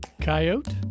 Coyote